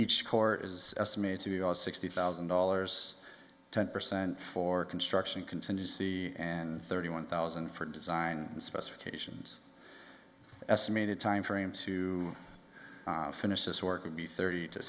each corps is estimates sixty thousand dollars ten percent for construction contingency and thirty one thousand for design specifications estimated time frame to finish this or could be thirty to